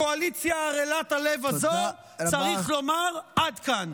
לקואליציה ערלת הלב הזאת צריך לומר: עד כאן.